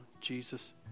Jesus